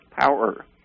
power